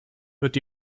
wird